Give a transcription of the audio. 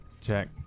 check